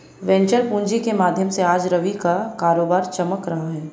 venture पूँजी के माध्यम से आज रवि का कारोबार चमक रहा है